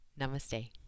Namaste